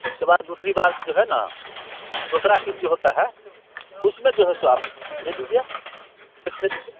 उसके बाद दूसरी बार जो है ना दूसरी किस्त जो हेती है उसमें जो है सो आप दे दीजिए चेक दे दीजिए